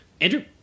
Andrew